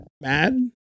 Mad